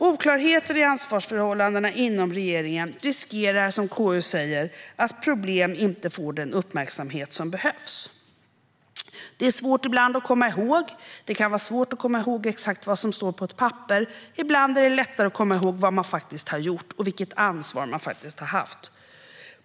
Oklarheter i ansvarsförhållandena inom regeringen gör, som KU säger, att det finns risk att problem inte får den uppmärksamhet som behövs. Ibland är det svårt att komma ihåg till exempel exakt vad som står på ett papper. Ibland är det lättare att komma ihåg vad man faktiskt har gjort och vilket ansvar man faktiskt har haft.